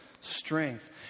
strength